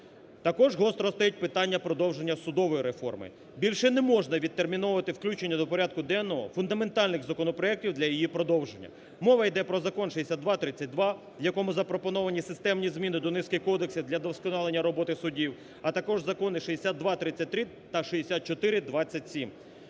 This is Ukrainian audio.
Також гостро стоїть питання продовження судової реформи. Більше неможна відтерміновувати включення до порядку денного фундаментальних законопроектів для її продовження. Мова йде про закон 6232, в якому запропоновані системні зміни до низки кодексів для вдосконалення роботи судів, а також закони 6233 та 6427.